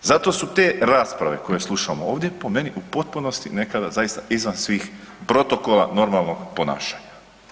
Zato su te rasprave koje slušamo ovdje, po meni u potpunosti nekada zaista izvan svih protokola normalnog ponašanja.